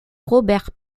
robert